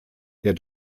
der